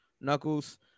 Knuckles